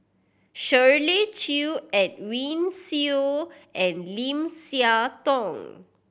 Shirley Chew Edwin Siew and Lim Siah Tong